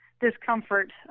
discomfort